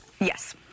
Yes